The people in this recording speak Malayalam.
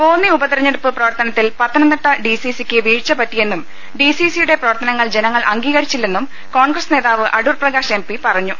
കോന്നി ഉപതെരഞ്ഞെടുപ്പ് പ്രവർത്തനത്തിൽ പത്തനംതിട്ട ഡിസിസിക്ക് വീഴ്ച പറ്റിയെന്നും ഡിസിസിയുടെ പ്രവർത്തനങ്ങൾ ജനങ്ങൾ അംഗീകരിച്ചില്ലെന്നും കോൺഗ്രസ് നേതാവ് അടൂർപ്രകാശ് എം പി പറഞ്ഞു